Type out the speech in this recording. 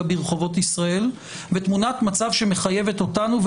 ברחובות ישראל ותמונת מצב שמחייבת אותנו.